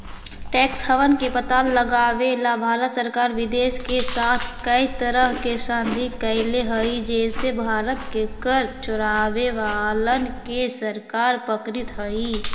tax haven के पता लगावेला भारत सरकार विदेश के साथ कै तरह के संधि कैले हई जे से भारत के कर चोरावे वालन के सरकार पकड़ित हई